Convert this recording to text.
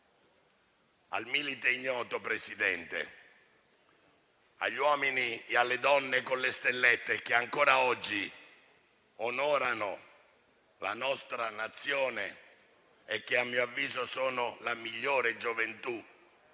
Al Milite Ignoto, Presidente, agli uomini e alle donne con le stellette che ancora oggi onorano la nostra Nazione, e che a mio avviso sono la migliore gioventù